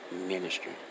ministry